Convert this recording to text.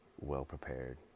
well-prepared